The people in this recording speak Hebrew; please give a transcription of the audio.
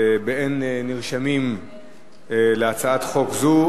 באין נרשמים להצעת חוק זו,